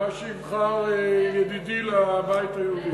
מה שיבחר ידידי לבית היהודי.